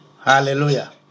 Hallelujah